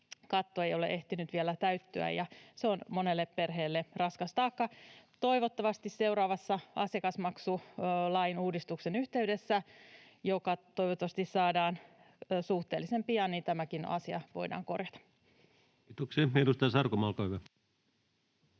lääkekatto ei ole ehtinyt vielä täyttyä, ja se on monelle perheelle raskas taakka. Toivottavasti seuraavan asiakasmaksulain uudistuksen yhteydessä — joka toivottavasti saadaan suhteellisen pian — tämäkin asia voidaan korjata. [Speech 265] Speaker: